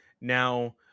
Now